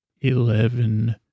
eleven